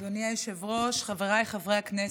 אדוני היושב-ראש, חבריי חברי הכנסת,